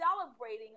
celebrating